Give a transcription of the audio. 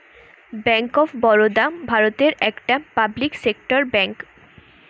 bank of Baroda ভারতের একটা public sector bank